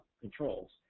controls